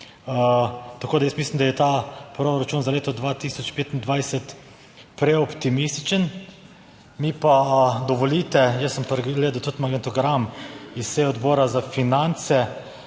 Tako da jaz mislim, da je ta proračun za leto 2025 preoptimističen. Mi pa dovolite, jaz sem gledal tudi magnetogram iz seje Odbora za finance,